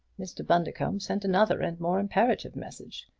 mr. bundercombe sent another and more imperative message.